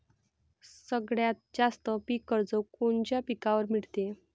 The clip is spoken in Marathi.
सगळ्यात जास्त पीक कर्ज कोनच्या पिकावर मिळते?